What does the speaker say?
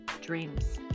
dreams